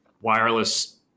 wireless